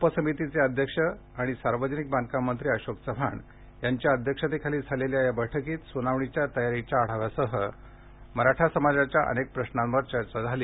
उपसमितीचे अध्यक्ष तथा सार्वजनिक बांधकाम मंत्री अशोक चव्हाण यांच्या अध्यक्षतेखाली झालेल्या या बैठकीत या स्नावणीच्या तयारीच्या आढाव्यासह मराठा समाजाच्या अनेक प्रश्नांवर चर्चा झाली